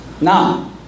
Now